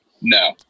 No